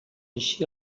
així